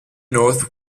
north